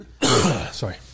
sorry